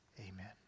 Amen